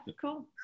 cool